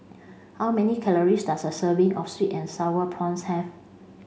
how many calories does a serving of sweet and sour prawns have